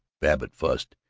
babbitt fussed.